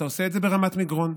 אתה עושה את זה ברמת מגרון,